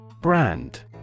Brand